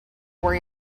worry